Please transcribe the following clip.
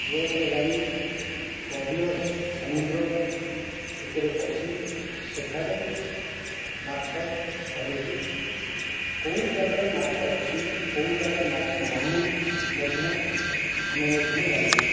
ବୋଟ୍ରେ ଯାଇଁ କୋଭିୟସ୍ ସମୁଦ୍ର ଭିତରେ ପଶି ସେଠାରେ ମାଛ ଧରିଛୁ କେଉଁ ଜାଗାରେ ମାଛ ଅଛି କେଉଁ ଜାଗାରେ ମାଛ ନାହିଁ ମଧ୍ୟ ଆମେ ମଧ୍ୟ ଜାଣିଛୁ